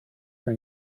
for